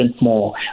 more